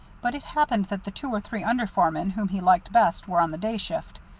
but it happened that the two or three under-foremen whom he liked best were on the day shift.